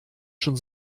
schon